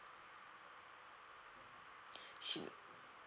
she